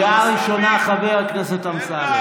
קריאה ראשונה, חבר הכנסת אמסלם.